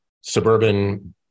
suburban